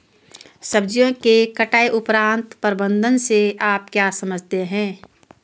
सब्जियों के कटाई उपरांत प्रबंधन से आप क्या समझते हैं?